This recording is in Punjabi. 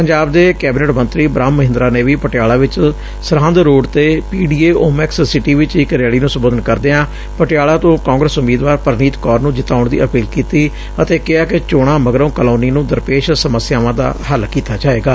ਪੰਜਾਬ ਦੇ ਕੈਬਨਿਟ ਮੰਤਰੀ ਬ੍ਹਮ ਮਹਿੰਦਰਾ ਨੇ ਵੀ ਪਟਿਆਲਾ ਚ ਸਰਹੰਦ ਰੋਡ ਤੇ P D A Omaxe city ਵਿਚ ਇਕ ਰੈਲੀ ਨੂੰ ਸੰਬੋਧਨ ਕਰਦਿਆਂ ਪਟਿਆਲਾ ਤੋਂ ਕਾਂਗਰਸ ਉਮੀਦਵਾਰ ਪੂਨੀਤ ਕੌਰ ਨੂੰ ਜਿਤਾਉਣ ਦੀ ਅਪੀਲ ਕੀਤੀ ਅਤੇ ਕੈਂਹਾ ਕਿ ਚੋਣਾਂ ਮਗਰੋਂ ਕਾਲੋਨੀ ਨੂੰ ਦਰਪੇਸ਼ ਸਮੱਸਿਆਵਾਂ ਦਾ ਹੱਲ ਕੀਤਾ ਜਾਏਗਾ